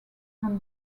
from